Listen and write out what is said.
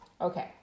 Okay